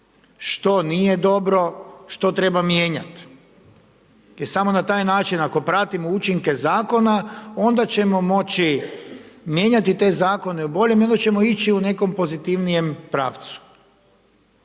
što nije dobro, što treba mijenjati. I samo na taj način ako pratimo učinke zakona onda ćemo moći mijenjati te zakone na bolje i onda ćemo ići u nekom pozitivnijem pravcu.